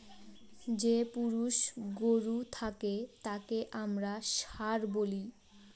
যে পুরুষ গরু থাকে তাকে আমরা ষাঁড় বলি